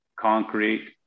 concrete